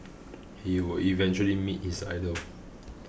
he would eventually meet his idol